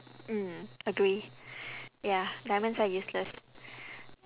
mm agree ya diamonds are useless